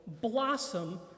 blossom